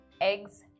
eggs